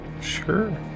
Sure